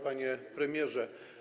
Panie Premierze!